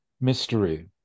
mystery